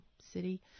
city